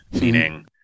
meaning